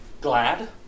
Glad